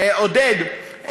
עודד,